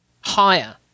higher